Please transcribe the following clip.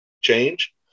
change